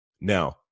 Now